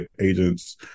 agents